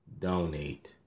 donate